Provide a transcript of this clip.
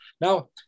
Now